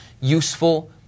useful